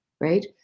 right